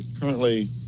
currently